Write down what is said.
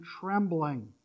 trembling